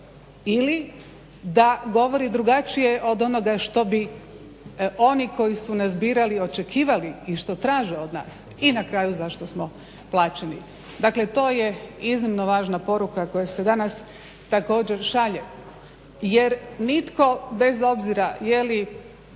ili da govori drugačije od onoga što bi oni koji su nas birali očekivali i što traže od nas i na kraju zašto smo plaćeni. Dakle to je iznimno važna poruka koja se danas također šalje jer nitko bez obzira jeli